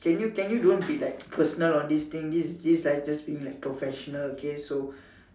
can you can you don't be like personal on this thing this is this is like just being like professional okay so